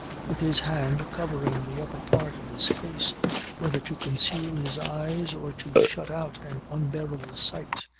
with his hand covering the upper part of his face whether to conceal his eyes or to shut out an unbearable sight,